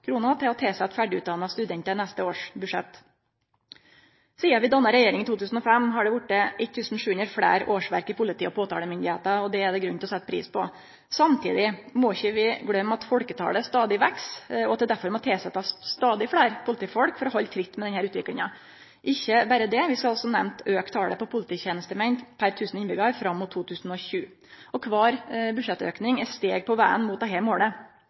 år for å tilsette ferdigutdanna studentar. Sidan vi danna regjering i 2005, har det vorte 1 700 fleire årsverk i politiet og påtalemyndigheita, og det er det grunn til å sette pris på. Samtidig må vi ikkje gløyme at folketalet stadig veks, og at det derfor må tilsetjast stadig fleire politifolk for å halde tritt med denne utviklinga. Ikkje berre det, vi skal som nemnt auke talet på polititenestemenn per 1 000 innbyggjarar fram mot 2020. Kvar budsjettauke er steg på vegen mot dette målet.